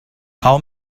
how